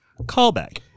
callback